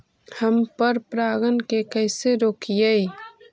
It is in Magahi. हम पर परागण के कैसे रोकिअई?